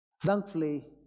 Thankfully